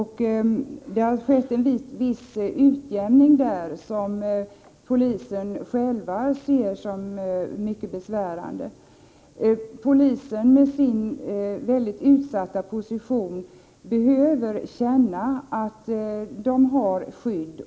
Det har därvidlag skett en viss utjämning, som poliserna själva ser som mycket besvärande. Poliserna med sin väldigt utsatta position behöver känna att de har skydd.